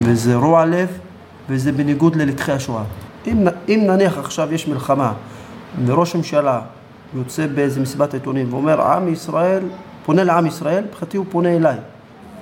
וזה רוע לב, וזה בניגוד ללקחי השואה. אם נניח עכשיו יש מלחמה, וראש הממשלה יוצא באיזה מסיבת עיתונים ואומר עם ישראל, פונה לעם ישראל, מבחינתי הוא פונה אליי